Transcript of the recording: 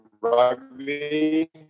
rugby